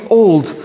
old